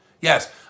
Yes